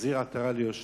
להחזיר עטרה ליושנה.